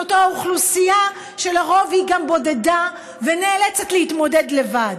זו אוכלוסייה שלרוב היא גם בודדה ונאלצת להתמודד לבד.